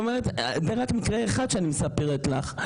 וזה רק מקרה אחד שאני מספרת לך.